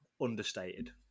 understated